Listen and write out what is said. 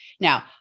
Now